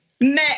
met